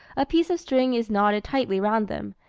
a piece of string is knotted tightly round them,